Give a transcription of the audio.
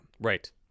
Right